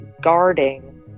guarding